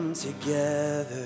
Together